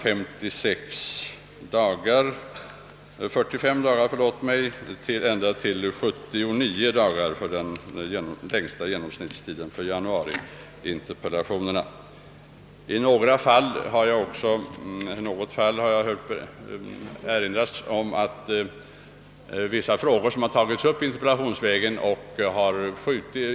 Den genomsnittligt längsta tiden härvidlag redovisas för interpellationer som framställts under januari månad — det kan variera mellan 45 dagar och ända upp till 79 dagar. I några fall har det erinrats om att frågor som tagits upp interpellationsvägen ordnats under hand.